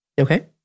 Okay